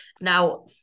now